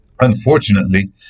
Unfortunately